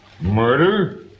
Murder